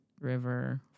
River